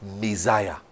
Messiah